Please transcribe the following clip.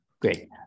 great